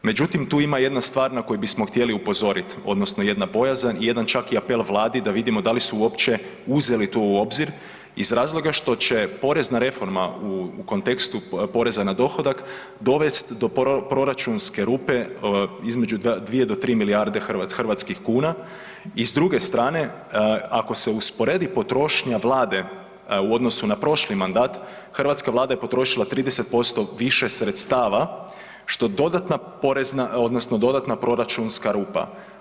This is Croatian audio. Međutim, tu ima jedna stvar na koju bismo htjeli upozoriti odnosno jedna bojazan i jedan čak i apel Vladi da vidimo da li su uopće uzeli to u obzir iz razloga što će porezna reforma u kontekstu poreza na dohodak dovest do proračunske rupe između 2 do 3 milijarde hrvatskih kuna i s druge strane ako se usporedi potrošnja Vlade u odnosu na prošli mandat hrvatska Vlada je potrošila 30% više sredstava što dodatna porezna odnosno dodatna proračunska rupa.